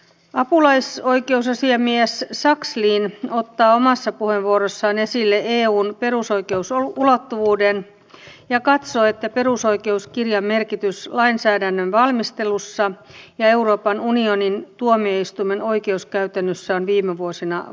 apulaisoikeusasiamies sakslin ottaa omassa puheenvuorossaan esille eun perusoikeusulottuvuuden ja katsoo että perusoikeuskirjan merkitys lainsäädännön valmistelussa ja euroopan unionin tuomioistuimen oikeuskäytännössä on viime vuosina vahvistunut